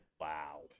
wow